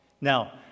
Now